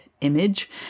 image